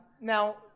Now